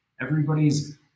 Everybody's